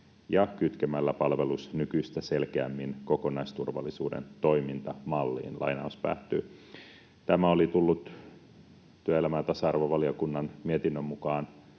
ja kytkemällä palvelus nykyistä selkeämmin kokonaisturvallisuuden toimintamalliin.” Työelämä- ja tasa-arvovaliokunnan mietinnön mukaan